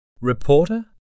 Reporter